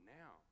now